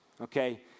Okay